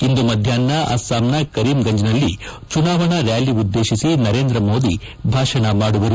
ಇಂದು ಮಧ್ಯಾಷ್ನ ಅಸ್ಸಾಂನ ಕರೀಂಗಂಚ್ನಲ್ಲಿ ಚುನಾವಣಾ ರ್ನಾಲಿ ಉದ್ದೇತಿಸಿ ನರೇಂದ್ರ ಮೋದಿ ಭಾಷಣ ಮಾಡುವರು